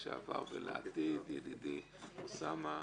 חבר הכנסת לשעבר ולעתיד ידידי אוסאמה,